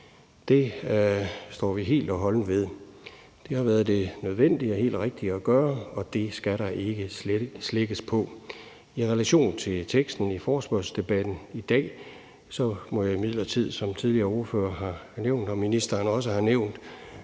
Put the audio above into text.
Det står vi helt og holdent ved. Det har været det nødvendige og helt rigtige at gøre, og det skal der ikke slækkes på. I relation til forespørgslen i dag må jeg imidlertid, som også tidligere ordførere har nævnt og ministeren har nævnt,